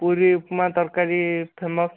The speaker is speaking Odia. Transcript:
ପୁରୀ ଉପମା ତରକାରୀ ଫେମସ୍